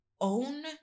own